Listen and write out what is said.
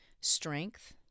strength